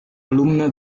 alumna